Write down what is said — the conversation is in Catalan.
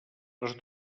les